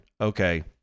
okay